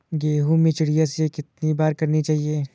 गेहूँ में चिड़िया सिंचाई कितनी बार करनी चाहिए?